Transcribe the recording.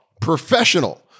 professional